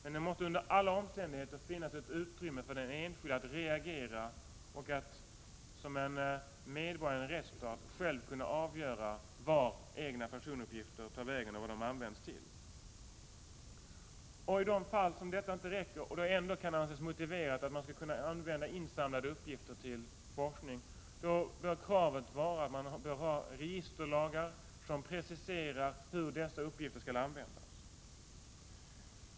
Men det måste under alla omständigheter finnas ett utrymme för den enskilde att reagera och att som en medborgare i en rättsstat själv kunna avgöra var egna personuppgifter skall ta vägen och vad de skall användas till. I de fall där detta inte räcker och det ändå kan anses motiverat att man skall kunna använda insamlade uppgifter till forskningen, bör kravet vara att man har registerlagar som preciserar hur dessa uppgifter skall användas.